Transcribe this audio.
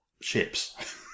ships